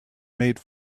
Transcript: made